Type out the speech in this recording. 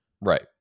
Right